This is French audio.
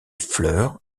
fleurs